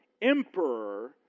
Emperor